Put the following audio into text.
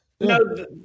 No